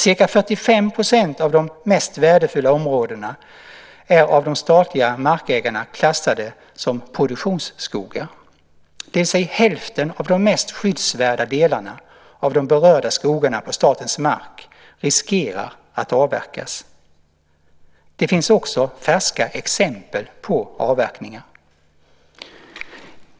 Ca 45 % av de mest värdefulla områdena är av de statliga markägarna klassade som produktionsskogar. Hälften av de mest skyddsvärda delarna av de berörda skogarna på statens mark riskerar alltså att avverkas. Det finns också färska exempel på avverkningar.